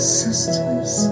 sisters